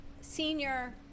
senior